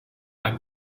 i’m